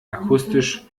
akustisch